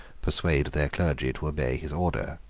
persuade their clergy to obey his order.